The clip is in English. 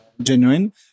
genuine